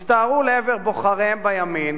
הסתערו לעבר בוחריהם בימין,